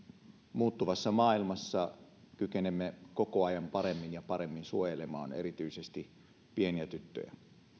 muuttuvassa maailmassa kykenemme koko ajan paremmin ja paremmin suojelemaan erityisesti pieniä tyttöjä